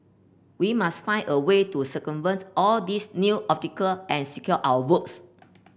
we must find a way to circumvent all these new obstacle and secure our votes